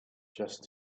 just